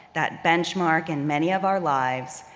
that benchmark in many of our lives,